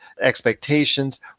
expectations